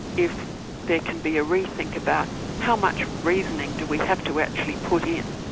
if there can be a re-think about how much reasoning do we have to actually put in,